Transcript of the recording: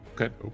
Okay